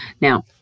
Now